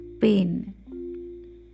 pain